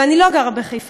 ואני לא גרה בחיפה,